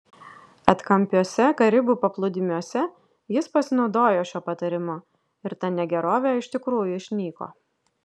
atkampiuose karibų paplūdimiuose jis pasinaudojo šiuo patarimu ir ta negerovė iš tikrųjų išnyko